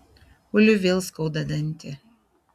uliui vėl skauda dantį